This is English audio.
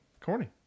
Corny